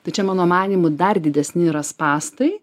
tai čia mano manymu dar didesni yra spąstai